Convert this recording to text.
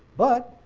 but,